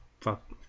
fuck